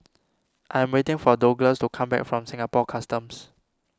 I am waiting for Douglas to come back from Singapore Customs